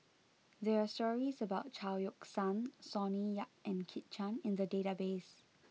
there are stories about Chao Yoke San Sonny Yap and Kit Chan in the database